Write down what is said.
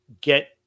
get